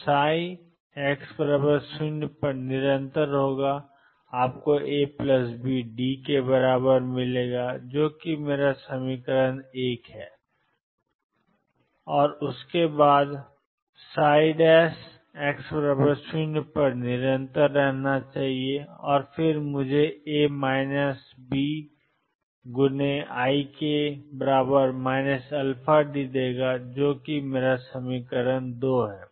तो x0 पर निरंतर है आपको ABD देता है जो कि मेरा समीकरण 1 है और x0 पर निरंतर है मुझे A Bik αD दें जो कि मेरा समीकरण 2 है